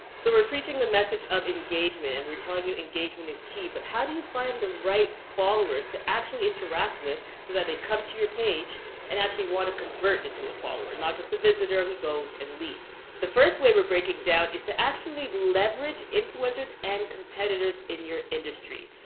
so we're preaching the message of engagement and we're telling you engagement is key. but how do you find the right followers to actually interact with, so that they come to your page and actually want to convert into a follower? not just a visitor who goes and leaps. the first way we're breaking down, is to actually leverage influencers and competitors in your industry.